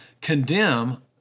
condemn